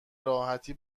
راحتی